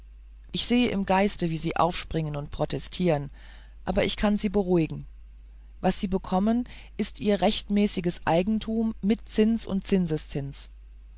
ich sehe im geiste wie sie aufspringen und protestieren aber ich kann sie beruhigen was sie bekommen ist ihr rechtmäßiges eigentum mit zinsen und